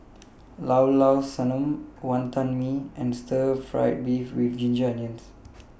Llao Llao Sanum Wantan Mee and Stir Fried Beef with Ginger Onions